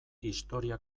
historia